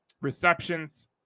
receptions